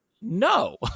no